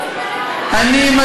היא לא דיברה על הדברים האלה,